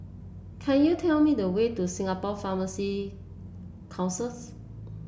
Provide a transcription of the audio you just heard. can you tell me the way to Singapore Pharmacy Council